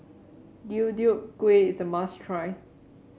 Deodeok Gui is a must try